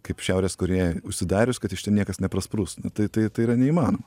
kaip šiaurės korėja užsidarius kad iš ten niekas neprasprūstų tai tai tai yra neįmanoma